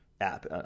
app